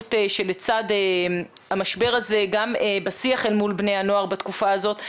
ההזדמנות שלצד המשבר הזה גם בשיח אל מול בני הנוער בתקופה הזאת,